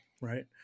right